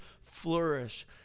flourish